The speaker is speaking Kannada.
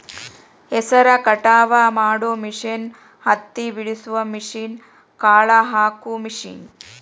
ಹೆಸರ ಕಟಾವ ಮಾಡು ಮಿಷನ್ ಹತ್ತಿ ಬಿಡಸು ಮಿಷನ್, ಕಾಳ ಹಾಕು ಮಿಷನ್